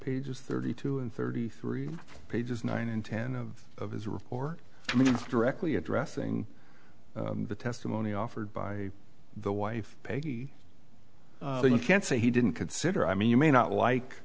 pages thirty two and thirty three pages nine and ten of his report to me directly addressing the testimony offered by the wife peggy you can't say he didn't consider i mean you may not like